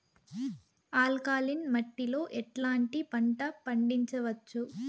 Alkaline మట్టి లో ఎట్లాంటి పంట పండించవచ్చు,?